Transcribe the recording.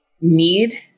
need